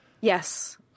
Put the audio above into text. Yes